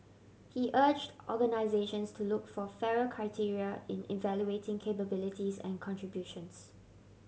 he urged organisations to look for fairer criteria in evaluating capabilities and contributions